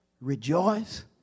rejoice